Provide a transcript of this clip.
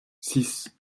six